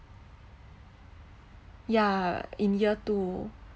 yeah in year two